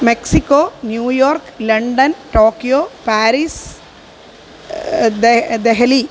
Mexico New York London Tokyo Paris दे देहली